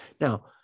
Now